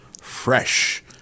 fresh